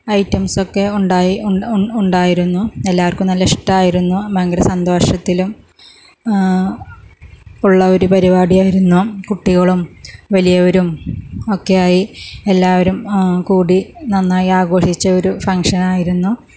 ഐറ്റംസൊക്കെ ഉണ്ടായി ഉണ്ടായിരുന്നു എല്ലാവർക്കും നല്ല ഇഷ്ടമായിരുന്നു ഭയങ്കര സന്തോഷത്തിലും ഉള്ള ഒരു പരുപാടിയായിരുന്നു കുട്ടികളും വലിയവരും ഒക്കെയായി എല്ലാവരും കൂടി നന്നായി ആഘോഷിച്ച ഒരു ഫങ്ഷനായിരുന്നു